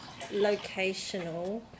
locational